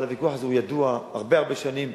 אבל הוויכוח הזה ידוע הרבה הרבה שנים.